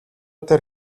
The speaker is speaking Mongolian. тэр